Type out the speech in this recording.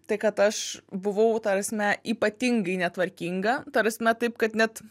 tai kad aš buvau ta prasme ypatingai netvarkinga ta prasme taip kad net